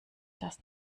das